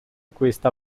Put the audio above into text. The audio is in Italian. questa